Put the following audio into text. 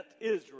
Israel